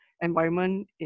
environment